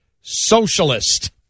socialist